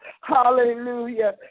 Hallelujah